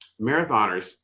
marathoners